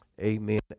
Amen